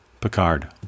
Picard